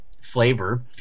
flavor